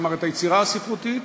כלומר את היצירה הספרותית,